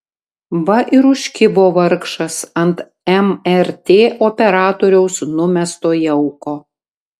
va ir užkibo vargšas ant mrt operatoriaus numesto jauko